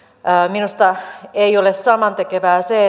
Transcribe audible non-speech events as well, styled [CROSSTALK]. minusta ei ole samantekevää se [UNINTELLIGIBLE]